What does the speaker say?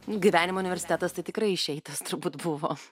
gyvenimo universitetas tad tikrai išeitas turbūt buvo